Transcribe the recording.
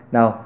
Now